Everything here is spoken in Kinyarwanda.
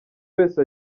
wese